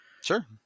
Sure